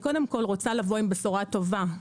קודם כל יש לי בשורה טובה,